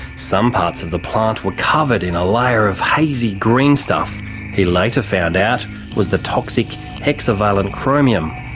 some parts of the plant were covered in a layer of hazy green stuff he later found out was the toxic hexavalent chromium,